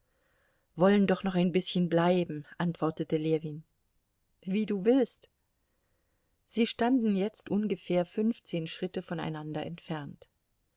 wollen doch noch ein bißchen bleiben antwortete ljewin wie du willst sie standen jetzt ungefähr fünfzehn schritte voneinander entfernt